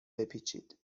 بپیچید